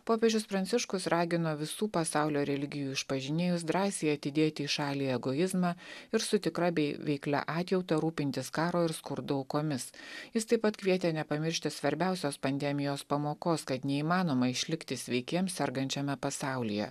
popiežius pranciškus ragino visų pasaulio religijų išpažinėjus drąsiai atidėti į šalį egoizmą ir su tikra bei veiklia atjauta rūpintis karo ir skurdo aukomis jis taip pat kvietė nepamiršti svarbiausios pandemijos pamokos kad neįmanoma išlikti sveikiems sergančiame pasaulyje